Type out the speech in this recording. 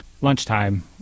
lunchtime